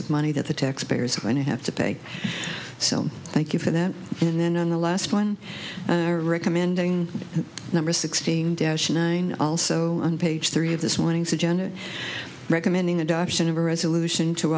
of money that the taxpayers are going to have to pay so thank you for that and then on the last one recommending number sixteen dash nine also on page three of this morning's agenda recommending adoption of a resolution to